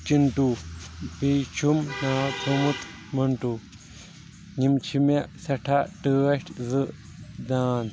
چِنٹو بیٚیِس چھُم ناو تھوومتمنٹو یم چھِ مےٚ سیٹھاہ ٹاٹھۍ زٕ داند